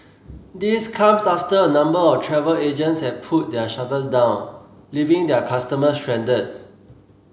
this comes after a number of travel agents have pulled their shutters down leaving their customers stranded